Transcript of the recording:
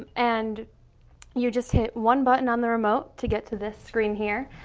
and you just hit one button on the remote to get to this screen here.